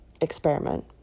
experiment